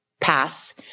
pass